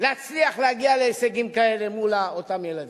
להצליח להגיע להישגים כאלה מול אותם ילדים?